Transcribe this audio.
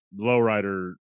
lowrider